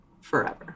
forever